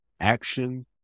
Action